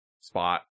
spot